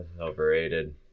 overrated